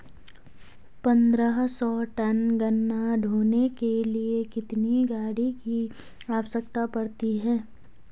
पन्द्रह सौ टन गन्ना ढोने के लिए कितनी गाड़ी की आवश्यकता पड़ती है?